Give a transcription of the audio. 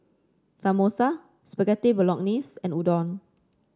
Samosa Spaghetti Bolognese and Udon